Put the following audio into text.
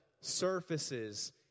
surfaces